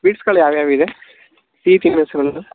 ಸ್ವೀಟ್ಸ್ಗಳು ಯಾವ್ಯಾವು ಇದೆ